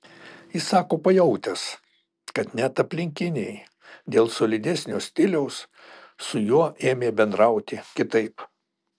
jis sako pajautęs kad net aplinkiniai dėl solidesnio stiliaus su juo ėmė bendrauti kitaip